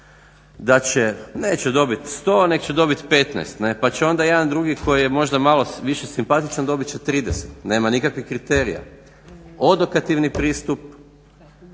da će, neće dobit 100, nego će dobit 15 pa će onda jedan drugi koji je možda malo više simpatičan dobit će 30. Nema nikakvih kriterija. Odokativni pristup